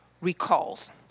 recalls